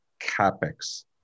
capex